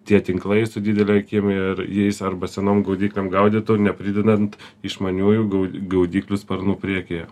tie tinklai su didele akim ir jais arba senom gaudyklėm gaudytų nepridedant išmaniųjų gau gaudyklių sparnų priekyje